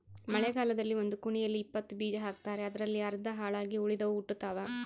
ಮಳೆಗಾಲದಲ್ಲಿ ಒಂದು ಕುಣಿಯಲ್ಲಿ ಇಪ್ಪತ್ತು ಬೀಜ ಹಾಕ್ತಾರೆ ಅದರಲ್ಲಿ ಅರ್ಧ ಹಾಳಾಗಿ ಉಳಿದವು ಹುಟ್ಟುತಾವ